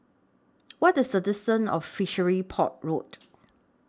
What IS The distance of Fishery Port Road